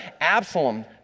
Absalom